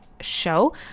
show